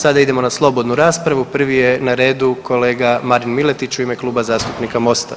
Sada idemo na slobodnu raspravu, prvi je na redu kolega Marin Miletić u ime Kluba zastupnika Mosta.